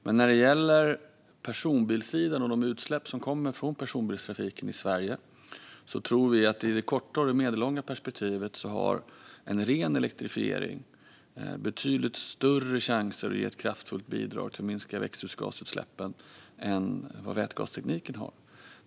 Men när det gäller personbilssidan och de utsläpp som kommer från personbilstrafiken i Sverige tror vi att en ren elektrifiering, i det korta och det medellånga perspektivet, har betydligt större chans att ge ett kraftfullt bidrag till minskade växthusgasutsläpp än vad vätgastekniken har.